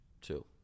two